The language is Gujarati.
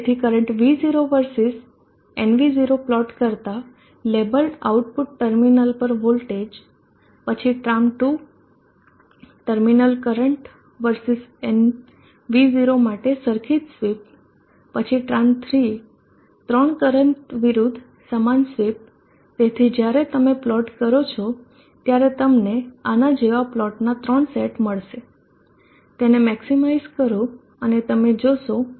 તેથી current V0 versus nv0 plot કરતા લેબલ્ડ આઉટપુટ ટર્મિનલ પર વોલ્ટેજ પછી tram 2 terminal current versus nv0 માટે સરખી જ સ્વીપ પછી Tran three ત્રણ કરંટ વિરુદ્ધ સમાન સ્વીપ તેથી જ્યારે તમે પ્લોટ કરો છો ત્યારે તમને આનાં જેવા પ્લોટના ત્રણ સેટ મેળશે તેને મેક્ષીમાઇઝ કરો અને તમે જોશો